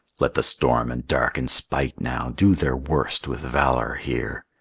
let the storm and dark in spite now do their worst with valor here!